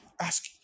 ask